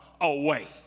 away